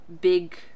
big